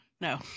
No